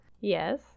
Yes